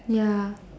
ya